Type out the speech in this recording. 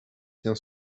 bien